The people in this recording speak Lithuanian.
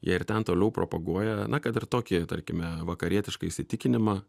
jie ir ten toliau propaguoja na kad ir tokijuj tarkime vakarietišką įsitikinimą